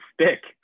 stick